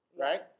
right